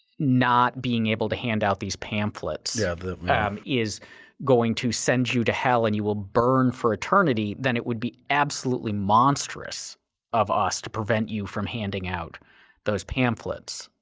not being able to hand out these pamphlets yeah um is going to send you to hell and you will burn for eternity then it would be absolutely monstrous of us to prevent you from handing out those pamphlets.